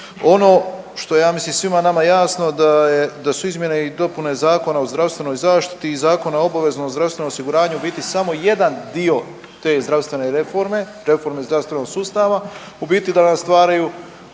Ono što ja mislim da je svima nama jasno da su izmjene i dopune Zakona o zdravstvenoj zaštiti i Zakona o obveznom zdravstvenom osiguranju u biti samo jedan dio te zdravstvene reforme, reforme zdravstvenog sustava u biti da nam stvaraju,